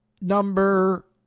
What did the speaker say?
number